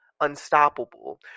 unstoppable